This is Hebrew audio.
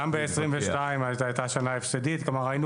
גם ב-22' הייתה שנה הפסדית כלומר היינו